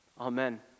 Amen